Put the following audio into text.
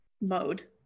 mode